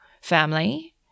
family